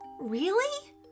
Really